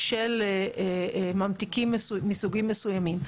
של ממתיקים מסוגים מסוימים.